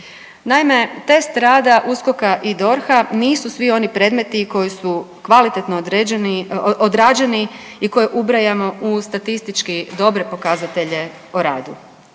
Naime, test rada USKOK-a i DORH-a nisu svi oni predmeti koji su kvalitetno odrađeni i koje ubrajamo u statistički dobre pokazatelje o radu.